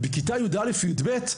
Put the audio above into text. בכיתות יא׳ ו-יב׳,